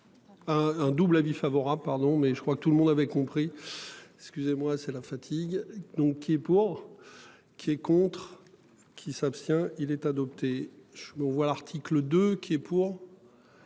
un double avis favorable. Pardon, mais je crois que tout le monde avait compris, excusez-moi, c'est la fatigue donc pour. Qui est contre qui s'abstient il est adopté. Je me vois l'article 2 qui est pour.